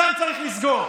שם צריך לסגור,